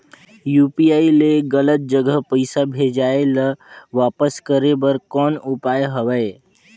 UPI ले गलत जगह पईसा भेजाय ल वापस करे बर कौन उपाय हवय?